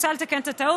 מוצע לתקן את הטעות.